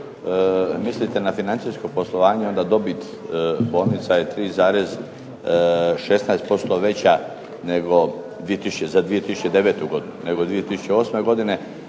ako mislite na financijsko poslovanje onda dobit bolnica je 3,16% veća nego za 2009. godinu, nego 2008. godine.